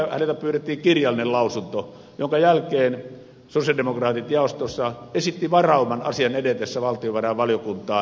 häneltä pyydettiin kirjallinen lausunto minkä jälkeen sosialidemokraatit jaostossa esittivät varauman asian edetessä valtiovarainvaliokuntaan